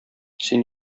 син